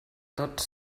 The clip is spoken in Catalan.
tots